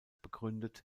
begründet